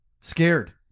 scared